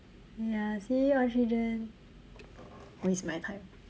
ya see all three gen waste my time